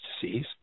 disease